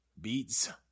beats